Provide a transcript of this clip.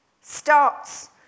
starts